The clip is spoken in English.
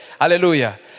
Hallelujah